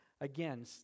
again